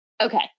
Okay